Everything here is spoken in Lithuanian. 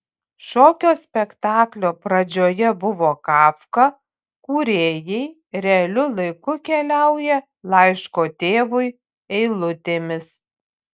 šokio spektaklio pradžioje buvo kafka kūrėjai realiu laiku keliauja laiško tėvui eilutėmis